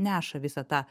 neša visą tą